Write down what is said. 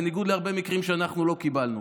בניגוד להרבה מקרים שאנחנו לא קיבלנו,